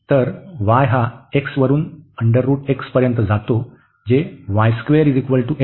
तर y हा x वरून पर्यंत जातो जे आहे